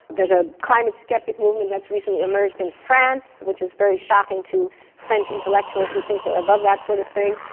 there's a climate sceptic movement that's recently emerged in france, which is very shocking to french intellectuals who think they're above that sort of thing,